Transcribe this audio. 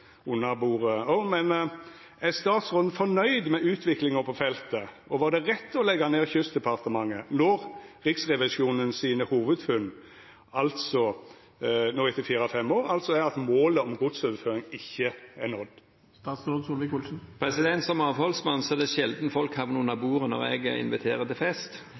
under bordet òg! Men er statsråden fornøgd med utviklinga på feltet? Og var det rett å leggja ned Kystdepartementet når Riksrevisjonens hovudfunn no etter fire–fem år altså er at målet om godsoverføring ikkje er nådd? Som avholdsmann er det sjelden folk havner under bordet når jeg inviterer til fest!